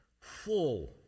full